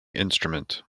instrument